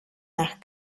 nach